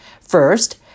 First